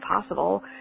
possible